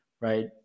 right